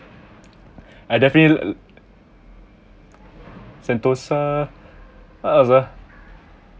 I definitely sentosa how was it ah